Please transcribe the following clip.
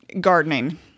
gardening